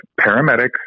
paramedics